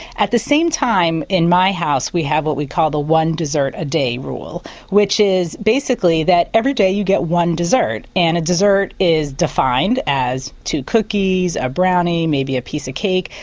at the same time in my house we have what we call the one dessert a day rule which is basically that every day you get one dessert and a dessert is defined as two cookies, a brownie, maybe a piece of cake,